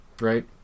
Right